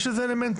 יש לזה אלמנטים.